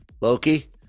loki